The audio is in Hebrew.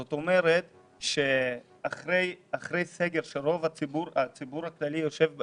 זאת אומרת שאחרי סגר שרוב הציבור הכללי נמצא בו,